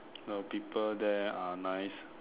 the people there are nice